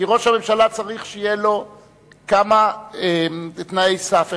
כי ראש הממשלה צריך שיהיו לו כמה תנאי סף,